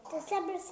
December